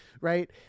right